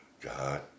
God